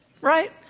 right